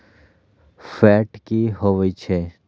Fat की होवछै?